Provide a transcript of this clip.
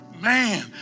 man